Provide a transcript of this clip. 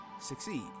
succeed